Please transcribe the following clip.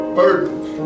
burdens